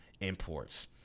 imports